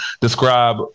describe